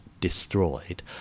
destroyed